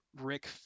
Rick